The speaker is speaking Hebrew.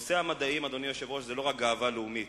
המדעים, אדוני היושב-ראש, הם לא רק גאווה לאומית,